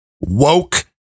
woke